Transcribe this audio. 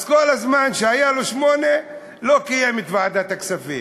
אז כל זמן שהיו לו שמונה, לא קיים את ועדת הכספים.